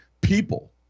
people